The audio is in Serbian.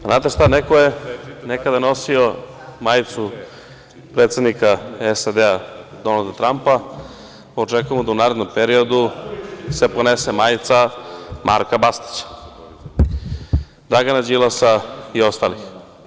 Pa znate šta, neko je nekada nosio majicu predsednika SAD, Donalda Trampa, pa očekujemo da u narednom periodu se ponese majica Marka Bastaća, Dragana Đilasa i ostalih.